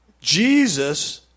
Jesus